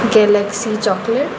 galaxy chocolate